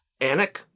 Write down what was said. Anik